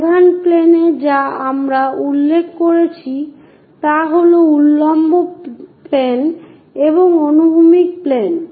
প্রধান প্লেনে যা আমরা উল্লেখ করছি তা হল উল্লম্ব প্লেন এবং অনুভূমিক প্লেন